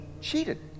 cheated